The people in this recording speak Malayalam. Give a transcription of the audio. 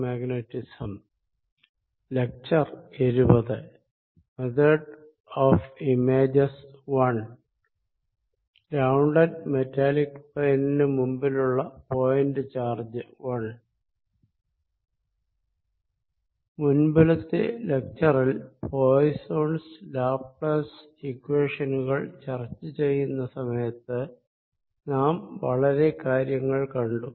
method of images I grounded metallic plane മുൻപിലുള്ള പോയിന്റ് ചാർജ് I മുൻപിലത്തെ ലെക്ച്ചറിൽ പോയിസ്സോൻസ് ലാപ്ലേസ് ഇക്വേഷനുകൾ ചർച്ച ചെയ്യുന്ന സമയത്ത് നാം വളരെ കാര്യങ്ങൾ കണ്ടു